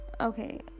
Okay